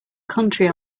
country